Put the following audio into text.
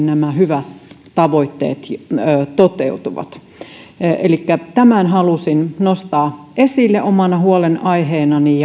nämä lakialoitteen hyvät tavoitteet toteutuvat tämän halusin nostaa esille omana huolenaiheenani